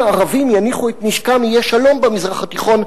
הערבים יניחו את נשקם יהיה שלום במזרח התיכון,